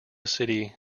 city